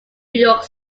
york